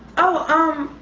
oh um,